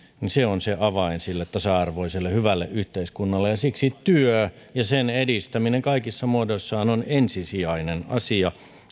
on se avain tasa arvoiselle ja hyvälle yhteiskunnalle siksi työ ja sen edistäminen kaikissa muodoissaan on ensisijainen asia